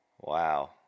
Wow